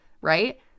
Right